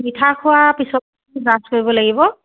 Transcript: মিঠা খোৱাৰ পিছত আপুনি ব্ৰাছ কৰিব লাগিব